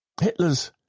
Hitler's